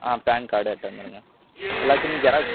ஆ PAN card எடுத்துகிட்டு வந்து இருங்க எல்லாத்துலையும் ஜெராக்ஸ்